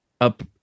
up